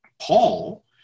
Paul